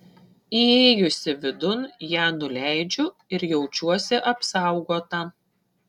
įėjusi vidun ją nuleidžiu ir jaučiuosi apsaugota